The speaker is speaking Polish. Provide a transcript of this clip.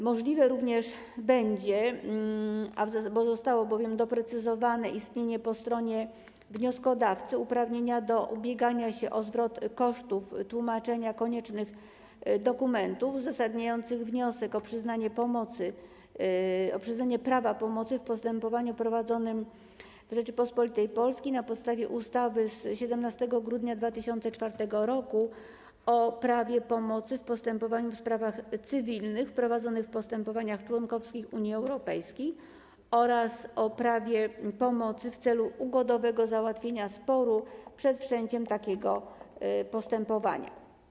Możliwe również będzie, zostało bowiem doprecyzowane, istnienie po stronie wnioskodawcy uprawnienia do ubiegania się o zwrot kosztów tłumaczenia koniecznych dokumentów uzasadniających wniosek o przyznanie prawa pomocy w postępowaniu prowadzonym w Rzeczypospolitej Polskiej na podstawie ustawy z 17 grudnia 2004 r. o prawie pomocy w postępowaniu w sprawach cywilnych prowadzonych w państwach członkowskich Unii Europejskiej oraz o prawie pomocy w celu ugodowego załatwienia sporu przed wszczęciem takiego postępowania.